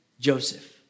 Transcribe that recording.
Joseph